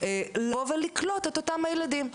לבוא ולקלוט את אותם הילדים.